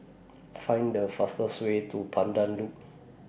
Find The fastest Way to Pandan Loop